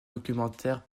documentaire